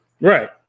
Right